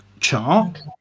chart